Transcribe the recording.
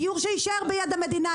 דיור שיישאר ביד המדינה.